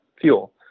fuel